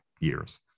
years